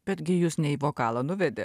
betgi jus ne į vokalą nuvedė